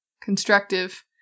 constructive